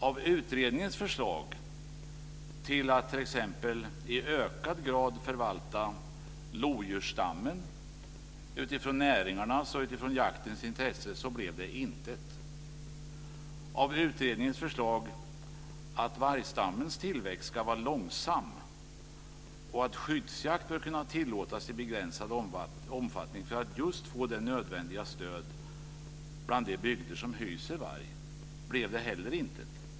Av utredningens förslag till att t.ex. i ökad grad förvalta lodjursstammen utifrån näringarnas och utifrån jaktens intressen så blev det intet. Av utredningens förslag att vargstammens tillväxt ska vara långsam och att skyddsjakt bör kunna tillåtas i begränsad omfattning för att just få det nödvändiga stöd bland de bygder som hyser varg blev det heller intet.